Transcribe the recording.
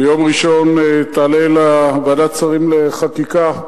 ביום ראשון תעלה הצעת ועדת שרים לחקיקה,